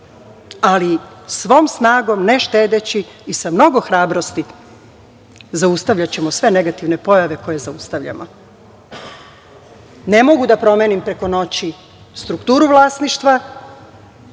ali svom snagom, ne štedeći i sa mnogo hrabrosti zaustavljaćemo sve negativne pojave koje zaustavljamo. Ne mogu da promenim preko noći strukturu vlasništva,